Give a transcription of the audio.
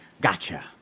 Gotcha